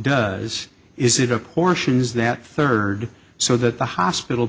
does is it up portions that third so that the hospital